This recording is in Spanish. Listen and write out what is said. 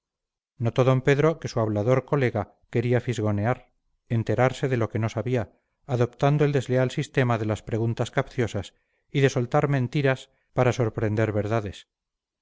notó d pedro que su hablador colega quería fisgonear enterarse de lo que no sabía adoptando el desleal sistema de las preguntas capciosas y de soltar mentiras para sorprender verdades